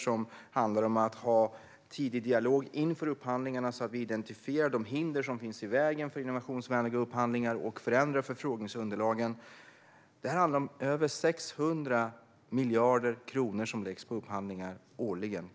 Det handlar om att ha en tidig dialog inför upphandlingarna, så att vi identifierar de hinder som står i vägen för innovationsvänliga upphandlingar och om att förändra förfrågningsunderlagen. Årligen läggs över 600 miljarder kronor på upphandlingar.